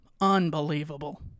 Unbelievable